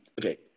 okay